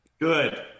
good